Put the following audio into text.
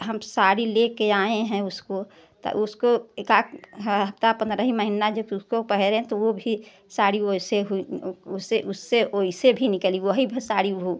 हम साड़ी लेकर आए हैं उसको तो उसको एकाक हफ्ता पंद्रह ही महीना जो उसको पहने तो वह भी साड़ी वैसी हुई उससे वैसे भी निकली वही भ साड़ी होउ